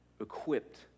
equipped